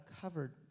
covered